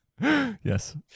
Yes